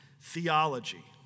Theology